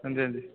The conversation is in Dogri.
हां जी हां जी